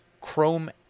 Chrome